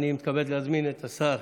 אני מתכבד להזמין את השר